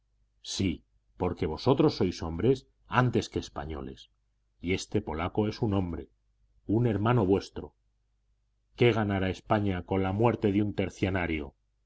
sí porque vosotros sois hombres antes que españoles y este polaco es un hombre un hermano vuestro qué ganará españa con la muerte de un tercianario